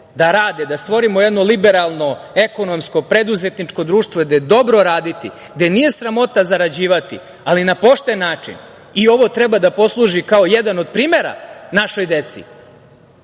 da rade, da stvorimo jedno liberalno, ekonomsko, preduzetničko društvo gde je dobro raditi, gde nije sramota zarađivati, ali na pošten način, i ovo treba da posluži kao jedan od primera našoj deci. Nije